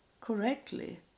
correctly